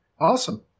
Awesome